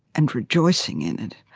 and rejoicing in it.